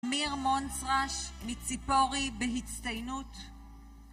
עמיר מונצרש מציפורי בהצטיינות